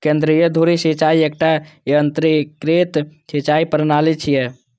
केंद्रीय धुरी सिंचाइ एकटा यंत्रीकृत सिंचाइ प्रणाली छियै